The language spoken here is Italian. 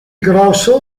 grosso